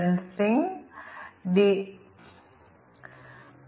തുടർന്ന് കാരണങ്ങളുടെയും അവസ്ഥകളുടെയും വിവിധ കോമ്പിനേഷനുകൾ ഞങ്ങൾ നോക്കുന്നു